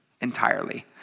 entirely